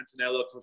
Antonello